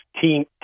team